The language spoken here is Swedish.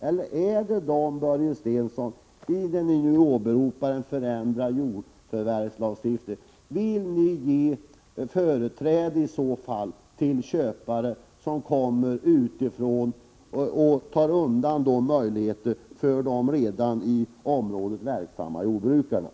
Vill ni, Börje Stensson — när ni nu vill ha en förändrad jordförvärvslag till stånd — ge köpare som kommer utifrån företräde att köpa mark och därmed inte ge denna möjlighet till de i området redan verksamma jordbrukarna?